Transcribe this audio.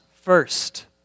first